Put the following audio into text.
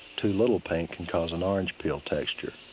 too little paint can cause an orange peel texture.